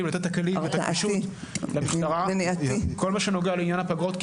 ולתת את הכלים והגמישות למשטרה בכל מה שנוגע לעניין הפגרות.